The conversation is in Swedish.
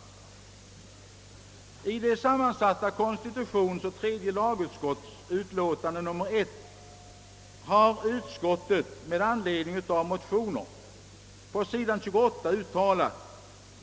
På sid. 28 i sitt utlåtande nr 1 har det sammansatta konstitutionsoch tredje lagutskottet med anledning av motioner uttalat